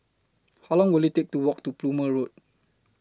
How Long Will IT Take to Walk to Plumer Road